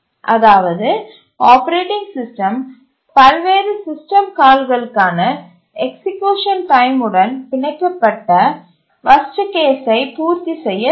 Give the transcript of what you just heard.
அதாவது operating system பல்வேறு system கால்களுக்கான எக்சீக்யூசன் டைம் உடன் பிணைக்கப்பட்ட வர்ஸ்ட் கேஸ்சை பூர்த்தி செய்ய வேண்டும்